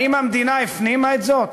האם המדינה הפנימה זאת?